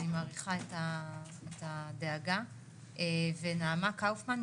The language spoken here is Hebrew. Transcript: אני מעריכה את הדאגה ונעמה פרידמן,